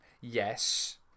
Yes